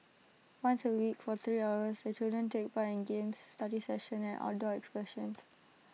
once A week for three hours the children take part in games study sessions and outdoor excursions